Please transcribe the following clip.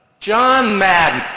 john madden,